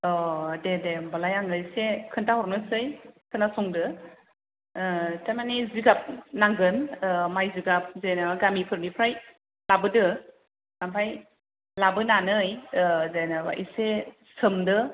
अ दे दे ओमबालाय आं एसे खोनथाहरनोसै खोनासंदो थारमानि जिगाब नांगोन माइ जिगाब जेनबा गामि फोरनिफ्राय लाबोदो आमफाय लाबोनानै जेनबा इसे सोमदो सोमनानै